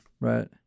Right